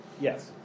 yes